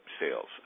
sales